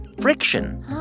friction